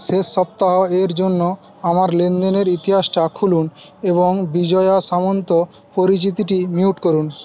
শেষ সপ্তাহের জন্য আমার লেনদেনের ইতিহাসটা খুলুন এবং বিজয়া সামন্ত পরিচিতিটি মিউট করুন